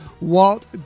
Walt